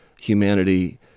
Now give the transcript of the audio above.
humanity